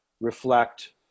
reflect